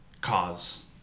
cause